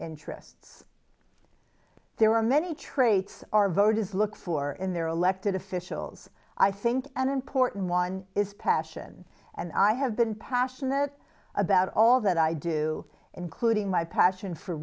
interests there are many traits our voters look for in their elected officials i think an important one is passion and i have been passionate about all that i do including my passion for